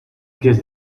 guess